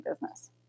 business